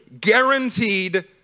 guaranteed